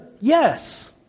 Yes